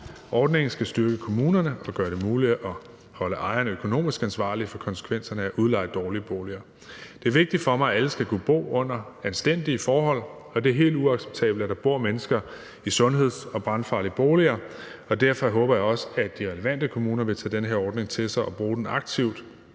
Ordningen skal styrke kommunerne og gøre det muligt at holde ejerne økonomisk ansvarlige for konsekvenserne af at udleje dårlige boliger. Det er vigtigt for mig, at alle skal kunne bo under anstændige forhold, og det er helt uacceptabelt, at der bor mennesker i sundheds- og brandfarlige boliger. Derfor håber jeg også, at de relevante kommuner vil tage den her ordning til sig og bruge den aktivt.